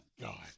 God